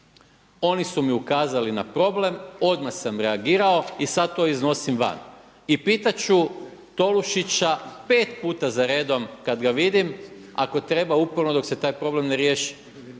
ni su mi ukazali na problem, odmah sam reagirao i sada to iznosim van. I pitati ću Tolušića pet puta za redom kada ga vidim, ako treba uporno dok se taj problem ne riješi.